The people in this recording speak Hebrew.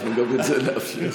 גם את זה נאפשר.